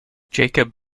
jacob